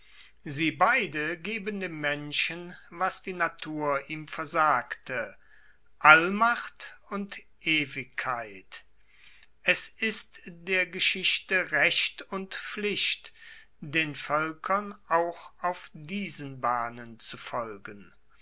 sie beide geben dem menschen was die natur ihm versagte allmacht und ewigkeit es ist der geschichte recht und pflicht den voelkern auch auf diesen bahnen zu folgen